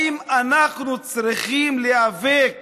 האם אנחנו צריכים להיאבק